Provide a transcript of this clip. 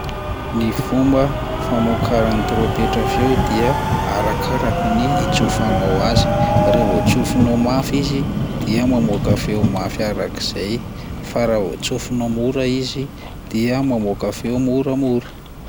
Ny fomba famokaran'ny trompetra feo dia arakaraky ny itsofanao azy, raha vao tsofinao mafy izy dia mamoaka feo mafy arak'izay, fa raha vao tsofinao mora izy dia mamoaka feo moramora.